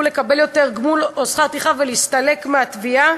לקבל יותר גמול או שכר טרחה ולהסתלק מהתביעה,